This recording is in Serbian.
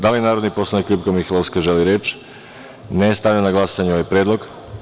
Da li narodni poslanik LJupka Mihajlovska želi reč? (Ne.) Stavljam na glasanje ovaj predlog.